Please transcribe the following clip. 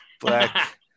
Black